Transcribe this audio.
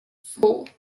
four